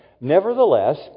Nevertheless